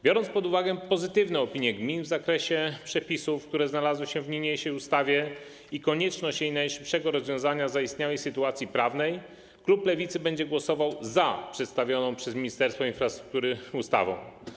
Biorąc pod uwagę pozytywne opinie gmin w zakresie przepisów, które znalazły się w niniejszej ustawie, i konieczność jak najszybszego rozwiązania zaistniałej sytuacji prawnej, klub Lewicy będzie głosował za przedstawioną przez Ministerstwo Infrastruktury ustawą.